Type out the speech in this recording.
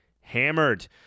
hammered